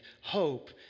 Hope